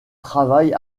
travaille